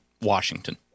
washington